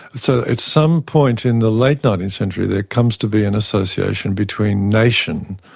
so at some point in the late nineteenth century there comes to be an association between nation,